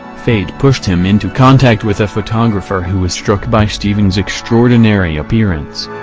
fate pushed him into contact with a photographer who was struck by stephen's extraordinary appearance.